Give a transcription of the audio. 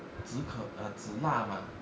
止渴 err 止辣 mah